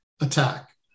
attack